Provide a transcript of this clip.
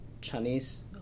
Chinese